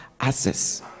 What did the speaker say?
access